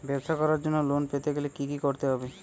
ব্যবসা করার জন্য লোন পেতে গেলে কি কি করতে হবে?